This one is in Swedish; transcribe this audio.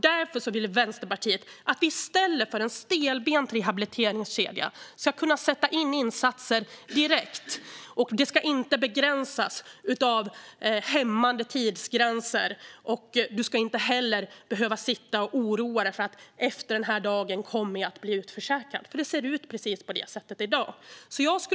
Därför vill Vänsterpartiet att man i stället för att ha en stelbent rehabiliteringskedja ska kunna sätta in insatser direkt, och de ska inte begränsas av hämmande tidsgränser. Du ska inte heller behöva sitta och oroa dig för att du efter en viss dag kommer att bli utförsäkrad. Det är precis på det sättet det ser ut i dag.